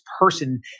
person